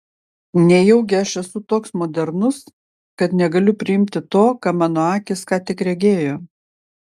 nejaugi aš esu toks modernus kad negaliu priimti to ką mano akys ką tik regėjo